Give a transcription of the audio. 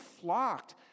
flocked